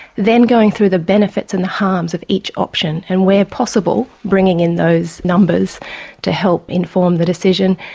then going through the benefits and the harms of each option and, where possible, bringing in those numbers to help inform the decision.